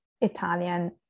Italian